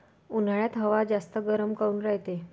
उन्हाळ्यात हवा जास्त गरम काऊन रायते?